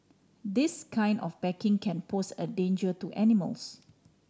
this kind of packaging can pose a danger to animals